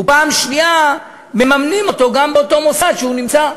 ופעם שנייה מממנים אותו גם באותו מוסד שהוא נמצא.